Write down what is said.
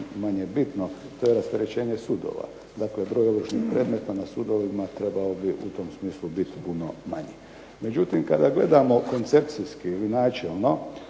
manje bitno to je rasterećenje sudova. Dakle, broj ovršnih predmeta na sudovima trebao bi u tom smislu biti puno manji. Međutim, kada gledamo koncepcijski ili načelno